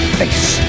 face